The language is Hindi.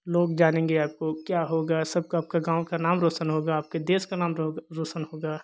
लोग जानेंगे आपको क्या होगा सबका आपका गाँव का नाम रौशन होगा आपके देश का नाम रौग रोशन होगा